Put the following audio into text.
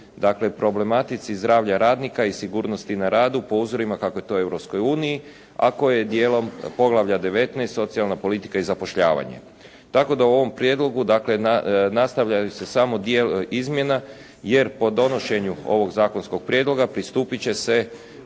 dakle problematici zdravlja radnika i sigurnosti na radu po uzorima kako je to u Europskoj uniji, a koje je dijelom poglavlja 19 – Socijalna politika i zapošljavanje. Tako da u ovom prijedlogu nastavljaju se samo dio izmjena jer po donošenju ovog zakonskog prijedloga pristupiti će se